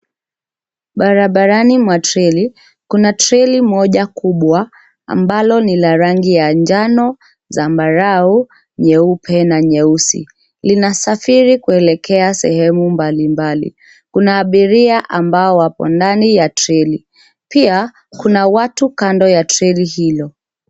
Barabarani mwa treli, kuna treli moja kubwa ambalo ni la rangi ya njano, zambarau, nyeupe na nyeusi. Linasafiri kuelekea sehemu mbali mbali. Kuna abiria ambao wapo ndani ya treli. Pia, kuna watu kando ya treli hilo.